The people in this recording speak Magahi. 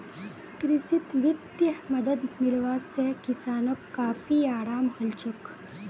कृषित वित्तीय मदद मिलवा से किसानोंक काफी अराम हलछोक